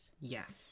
Yes